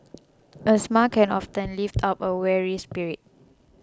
a smile can often lift up a weary spirit